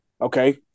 Okay